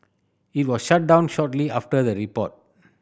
it was shut down shortly after the report